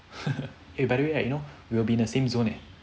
eh by the way right you know we'll be the same zone eh